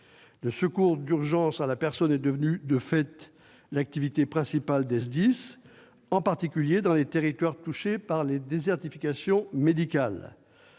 le secours d'urgence à la personne est devenu l'activité principale des SDIS, en particulier dans les territoires touchés par la désertification médicale.